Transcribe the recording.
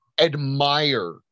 admire